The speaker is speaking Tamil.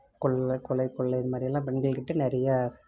கொள்ளை கொலை கொள்ளை இதுமாதிரி எல்லாம் பெண்கள்கிட்ட நிறையா